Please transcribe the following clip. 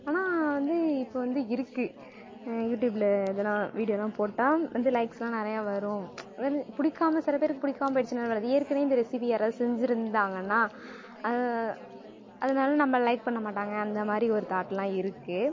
ஆனால் வந்து இப்போ வந்து இருக்குது யூடியூப்ல இதெலாம் வீடியோலாம் போட்டால் வந்து லைக்ஸ்லாம் நிறையா வரும் அது வந்து பிடிக்காம சில பேருக்கு பிடிக்காம போயிடுச்சுனால் என்ன பண்ணுறது ஏற்கன இந்த ரெசிபி யாராவது செஞ்சு இருந்தாங்கன்னால் அது அதனால நம்மள லைக் பண்ண மாட்டாங்க அந்த மாதிரி ஒரு தாட்லாம் இருக்குது